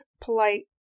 polite